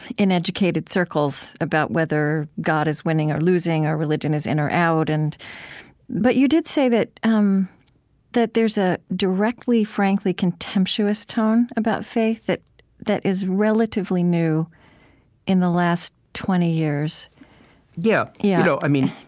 in educated circles, about whether god is winning or losing, or religion is in or out. and but you did say that um that there's a directly, frankly contemptuous tone about faith that that is relatively new in the last twenty years yeah, yeah so i mean